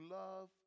love